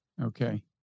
Okay